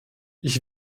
ich